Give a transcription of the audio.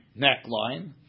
neckline